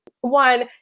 one